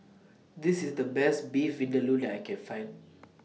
This IS The Best Beef Vindaloo that I Can Find